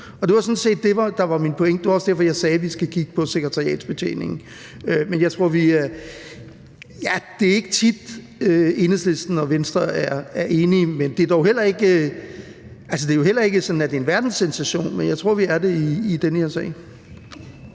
der var min pointe, og det var også derfor, jeg sagde, at vi skal kigge på sekretariatsbetjeningen. Men ja: Det er ikke tit, at Enhedslisten og Venstre er enige. Det er dog heller ikke sådan, at det er en verdenssensation, men jeg tror, vi er det i den her sag.